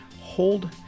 hold